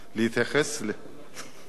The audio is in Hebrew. היית בצבא הסובייטי?